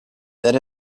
that